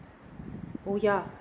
oh ya